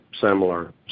similar